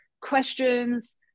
questions